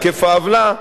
היקף העוולה,